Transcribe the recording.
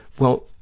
well,